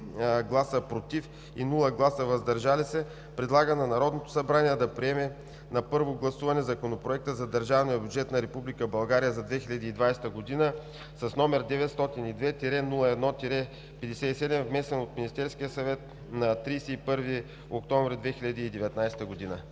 гласа „против“ и без „въздържал се“ предлага на Народното събрание да приеме на първо гласуване Законопроект за държавния бюджет на Република България за 2020 г., № 902-01-57, внесен от Министерския съвет на 31 октомври 2019 г.“